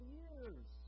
years